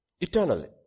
Eternally